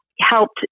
helped